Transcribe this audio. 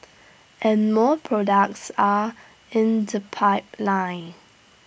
and more products are in the pipeline